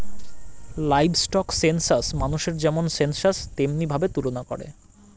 livestock census মানুষের যেমন census তেমনি ভাবে তুলনা করে